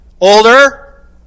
older